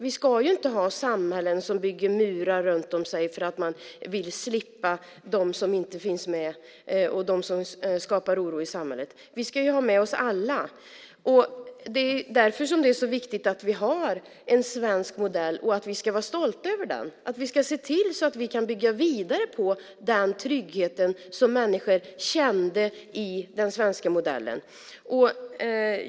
Vi ska inte ha samhällen som bygger murar runt om sig för att man vill slippa dem som inte hör till och dem som skapar oro i samhället. Vi ska ju ha med oss alla. Det är därför som det är så viktigt att vi har en svensk modell. Vi ska vara stolta över den och se till att vi kan bygga vidare på den trygghet som människor kände i den svenska modellen.